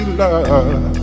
love